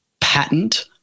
patent